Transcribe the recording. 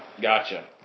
Gotcha